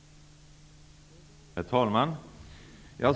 Det gör vi.